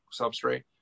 substrate